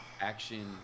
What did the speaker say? action